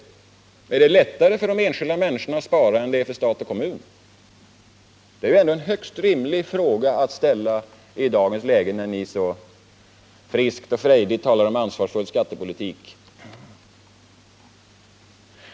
Är det lättare för de enskilda människorna att spara än det är för stat och kommun? Det är en högst rimlig fråga att ställa i dagens läge, när ni så friskt och frejdigt talar om ansvarsfull skattepolitik.